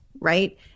Right